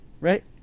Right